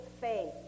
faith